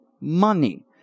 money